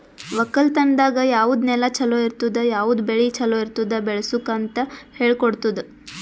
ಒಕ್ಕಲತನದಾಗ್ ಯಾವುದ್ ನೆಲ ಛಲೋ ಇರ್ತುದ, ಯಾವುದ್ ಬೆಳಿ ಛಲೋ ಇರ್ತುದ್ ಬೆಳಸುಕ್ ಅಂತ್ ಹೇಳ್ಕೊಡತ್ತುದ್